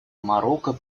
марокко